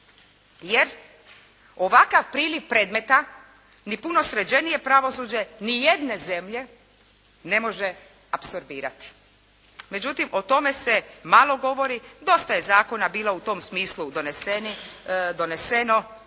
jer ovakav priliv predmeta ni puno sređenije pravosuđe ni jedne zemlje ne može apsorbirati. Međutim, o tome se malo govori. Dosta je zakona bilo u tom smislu doneseno,